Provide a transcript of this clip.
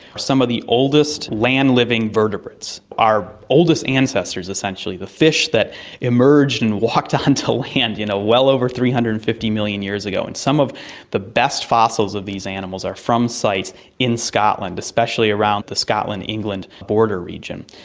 some of the oldest land-living vertebrates, our oldest ancestors essentially, the fish that emerged and walked ah onto land you know well over three hundred and fifty million years ago, and some of the best fossils of these animals are from sites in scotland, especially around the scotland-england border region.